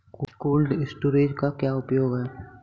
Cold storage का क्या उपयोग है?